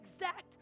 exact